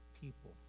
people